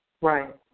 Right